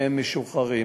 והם משוחררים,